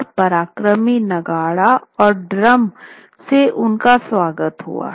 और पराक्रमी नगाड़ा और ड्रम से उनका स्वागत हुआ